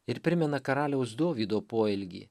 ir primena karaliaus dovydo poelgį